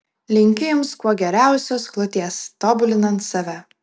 linkiu jums kuo geriausios kloties tobulinant save